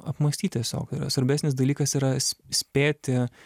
apmąstyt tiesiog yra svarbesnis dalykas yra spėti